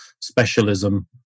specialism